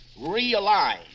realign